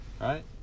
right